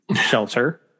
shelter